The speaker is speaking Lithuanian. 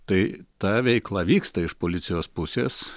tai ta veikla vyksta iš policijos pusės